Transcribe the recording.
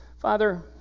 Father